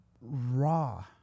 raw